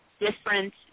different